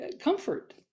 comfort